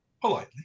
politely